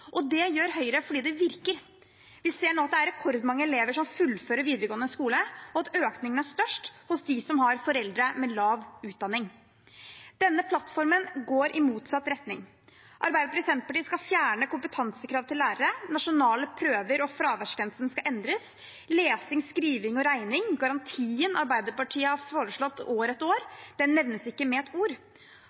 Det gjør Høyre fordi det virker. Vi ser nå at det er rekordmange elever som fullfører videregående skole, og at økningen er størst hos dem som har foreldre med lav utdanning. Denne plattformen går i motsatt retning. Arbeiderpartiet og Senterpartiet skal fjerne kompetansekrav til lærere. Nasjonale prøver og fraværsgrensen skal endres. Når det gjelder lesing, skriving og regning, nevnes ikke den garantien Arbeiderpartiet har foreslått år etter år,